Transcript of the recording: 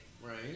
Right